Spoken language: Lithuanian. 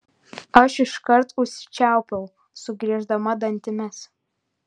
aš iškart užsičiaupiau sugrieždama dantimis